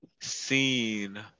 seen